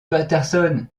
patterson